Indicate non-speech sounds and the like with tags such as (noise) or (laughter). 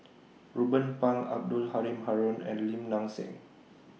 (noise) Ruben Pang Abdul Halim Haron and Lim Nang Seng